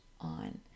on